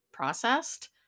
processed